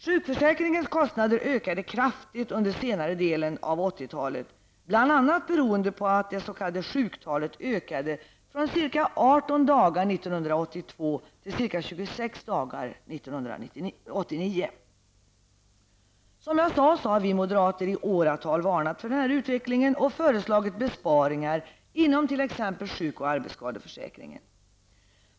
Sjukförsäkringens kostnader ökade kraftigt under senare delen av 80-talet bl.a. beroende på att det s.k. sjuktalet ökade från ca 18 dagar 1982 till ca 26 Vi moderater har, som jag sade, i åratal varnat för utvecklingen och föreslagit besparingar inom t.ex. sjuk och arbetsskadeförsäkringen.